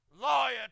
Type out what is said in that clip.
lawyer